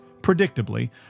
Predictably